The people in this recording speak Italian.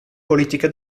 politiche